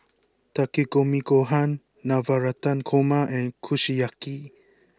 Takikomi Gohan Navratan Korma and Kushiyaki